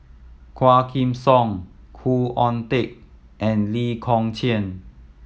Quah Kim Song Khoo Oon Teik and Lee Kong Chian